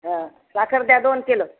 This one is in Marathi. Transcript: हां साखर द्या दोन किलो